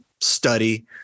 study